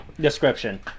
description